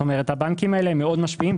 כלומר הבנקים משפיעים מאוד,